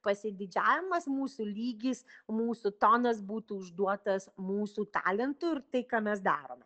pasididžiavimas mūsų lygis mūsų tonas būtų užduotas mūsų talentu ir tai ką mes darome